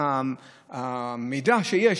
המידע שיש,